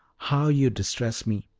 how you distress me!